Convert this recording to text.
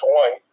one